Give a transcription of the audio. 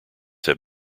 have